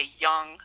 young